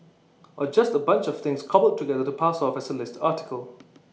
or just A bunch of things cobbled together to pass off as A list article